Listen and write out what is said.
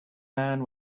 man